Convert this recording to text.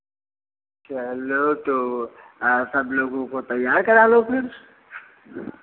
चलो तो सब लोगों को तैयार करा लो फिर